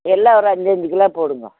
எல்லா ஒரு அஞ்சு அஞ்சு கிலோ போடுங்கோ